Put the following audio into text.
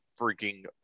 freaking